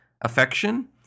affection